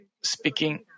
speaking